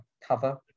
cover